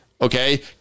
okay